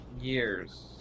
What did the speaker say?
years